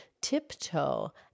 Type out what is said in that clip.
tiptoe